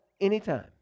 anytime